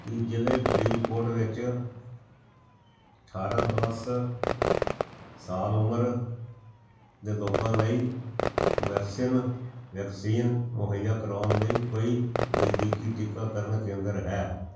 ਕੀ ਜ਼ਿਲ੍ਹੇ ਫਰੀਦਕੋਟ ਵਿੱਚ ਅਠਾਰਾਂ ਪਲੱਸ ਸਾਲ ਉਮਰ ਦੇ ਲੋਕਾਂ ਲਈ ਕੋਵੈਕਸਿਨ ਵੈਕਸੀਨ ਮੁਹੱਈਆ ਕਰਵਾਉਣ ਲਈ ਕੋਈ ਨਜ਼ਦੀਕੀ ਟੀਕਾਕਰਨ ਕੇਂਦਰ ਹੈ